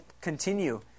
continue